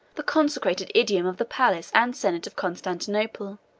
the consecrated idiom of the palace and senate of constantinople,